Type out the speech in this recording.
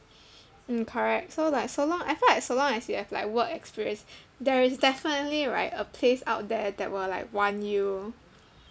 mm correct so like so long I feel like so long as you have like work experience there is definitely right a place out there that will like want you